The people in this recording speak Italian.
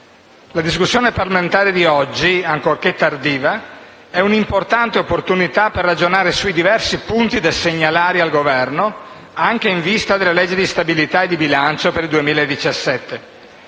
La discussione parlamentare di oggi, ancorché tardiva, è un'importante opportunità per ragionare sui diversi punti da segnalare al Governo, anche in vista delle legge di stabilità e di bilancio per il 2017.